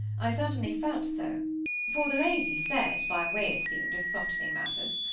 i certainly felt so for the lady said, by way it seemed of softening matters,